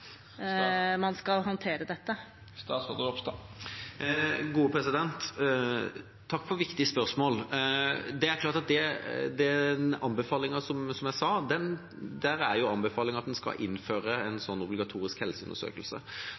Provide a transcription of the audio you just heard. man skal håndtere dette? Takk for et viktig spørsmål. Det er klart at den anbefalingen er, som jeg sa, at en skal innføre en sånn obligatorisk helseundersøkelse.